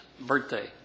birthday